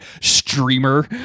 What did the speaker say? streamer